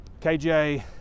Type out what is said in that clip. kj